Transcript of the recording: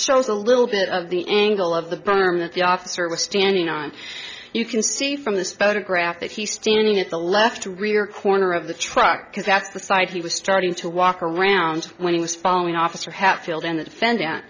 shows a little bit of the angle of the berm that the officer was standing on you can see from the spota graph that he's standing at the left rear corner of the truck because that's the side he was starting to walk around when he was following officer hatfield and the defendant